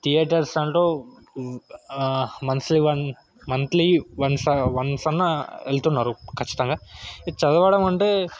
theatres అంటూ monthly one monthly once once అన్న వెళ్తున్నారు ఖచ్చితంగా ఇక చదవడం అంటే